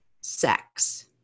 sex